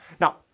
Now